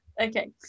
Okay